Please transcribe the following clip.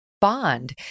bond